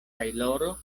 tajloro